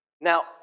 Now